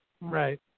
right